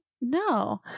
no